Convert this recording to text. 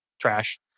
trash